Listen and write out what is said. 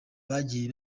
bagiye